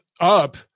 up